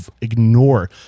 ignore